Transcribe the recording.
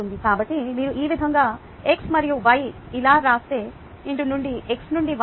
కాబట్టి మీరు ఈ విధంగా x మరియు y ఇలా వ్రాస్తే x నుండి y ఇలా ఉంటుంది మీ z ఇలా ఉంటుంది